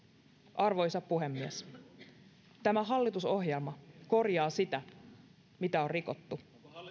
arvoisa puhemies tämä hallitusohjelma korjaa sitä mitä on rikottu